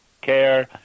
care